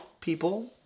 people